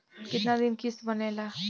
कितना दिन किस्त बनेला?